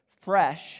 fresh